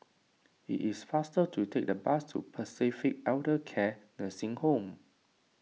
it is faster to take the bus to Pacific Elder Care Nursing Home